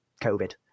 COVID